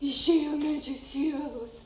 išėjo medžių sielos